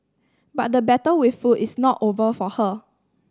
but the battle with food is not over for her